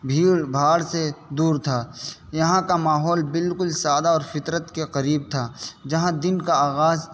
بھیڑ بھاڑ سے دور تھا یہاں کا ماحول بالکل سادہ اور فطرت کے قریب تھا جہاں دن کا آغاز